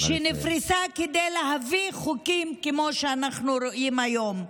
שנפרסה כדי להביא חוקים כמו שאנחנו רואים היום.